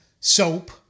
Soap